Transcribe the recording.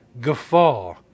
guffaw